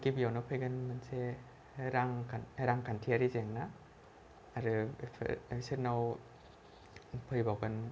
गिबियावनो फैगोन मोनसे रां रांखान्थियारि जेंना आरो इसोरनाव फैबावगोन